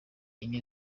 enye